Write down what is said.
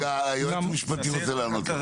רגע, היועץ המשפטי רוצה לענות לך.